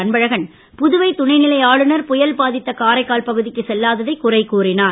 அன்பழகன் புதுவை துணைநிலை ஆளுநர் புயல் பாதித்த காரைக்கால் பகுதிக்கு செல்லாததை குறை கூறினார்